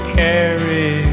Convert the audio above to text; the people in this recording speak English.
carry